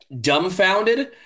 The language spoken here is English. dumbfounded